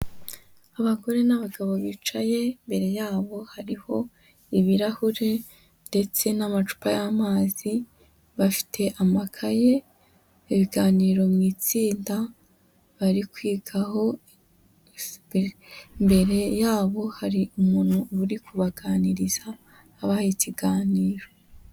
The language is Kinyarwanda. Abagore n'abagabo bicaye, imbere yabo hariho ibirahure ndetse n'amacupa y'amazi, bafite amakaye, ibiganiro mu itsinda bari kwitaho, imbere yabo hari umuntu uri kubaganiriza abaha ikiganiro.